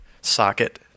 socket